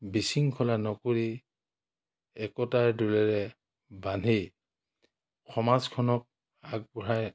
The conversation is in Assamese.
বিশৃংখলা নকৰি একতাৰ দোলেৰে বান্ধি সমাজখনক আগবঢ়াই